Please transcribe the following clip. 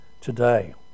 today